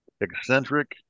eccentric